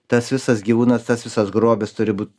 tas visas gyvūnas tas visas grobis turi būt